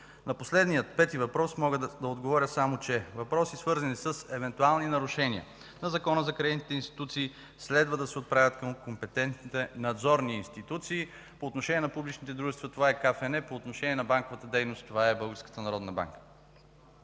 На последния – пети въпрос, мога да отговоря само, че въпроси, свързани с евентуални нарушения на Закона за кредитните институции следва да се отправят към компетентните надзорни институции. По отношение на публичните дружества това е Комисията за финансов надзор, по отношение на банковата дейност това е